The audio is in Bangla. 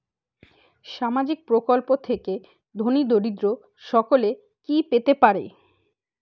সামাজিক প্রকল্প থেকে ধনী দরিদ্র সকলে কি পেতে পারে?